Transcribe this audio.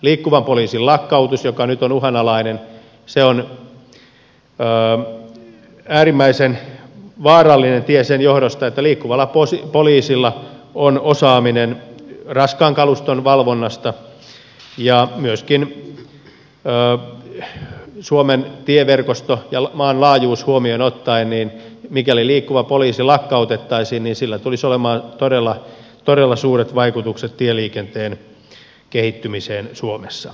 liikkuvan poliisin lakkautus joka nyt on uhanalainen on äärimmäisen vaarallinen tie sen johdosta että liikkuvalla poliisilla on osaaminen raskaan kaluston valvonnassa ja myöskin suomen tieverkosto ja maan laajuus huomioon ottaen mikäli liikkuva poliisi lakkautettaisiin sillä tulisi olemaan todella suuret vaikutukset tieliikenteen kehittymiseen suomessa